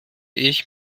ich